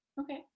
okay